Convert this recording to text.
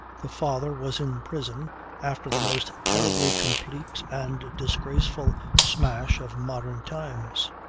the father was in prison after the most terribly complete and disgraceful smash of modern times.